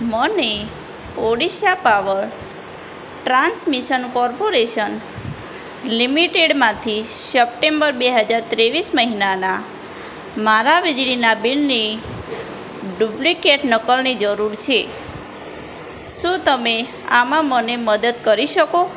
મને Odisha power transmission corporation લિમિટેડમાંથી September બે હજાર ત્રેવીસ મહિનાના મારા વીજળીનાં બિલની ડુપ્લિકેટ નકલની જરૂર છે શું તમે આમાં મને મદદ કરી શકો